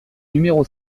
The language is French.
numéro